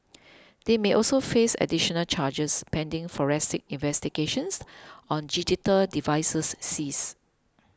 they may also face additional charges pending forensic investigations on digital devices seized